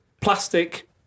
Plastic